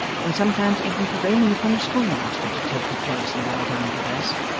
and sometimes even prevailing upon the schoolmaster to take her place and lie down to rest,